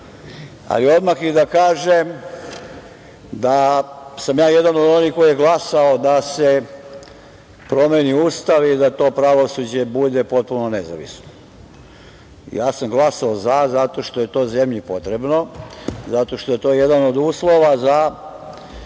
ali odmah i da kažem da sam ja jedan od onih koji je glasao da se promeni Ustav i da to pravosuđe bude potpuno nezavisno. Ja sam glasao „za“ zato što je to zemlji potrebno, zato što je to jedan od uslova u